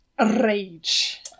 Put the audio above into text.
Rage